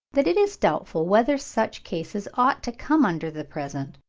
that it is doubtful whether such cases ought to come under the present,